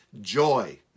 joy